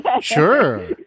Sure